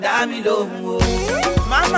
Mama